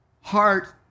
heart